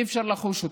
אי-אפשר לחוש אותן.